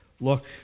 look